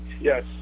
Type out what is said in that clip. yes